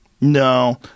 No